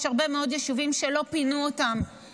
יש הרבה מאוד יישובים שלא פינו אותם,